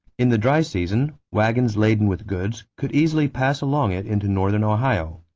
in the dry season, wagons laden with goods could easily pass along it into northern ohio.